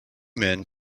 men